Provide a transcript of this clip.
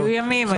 היו ימים.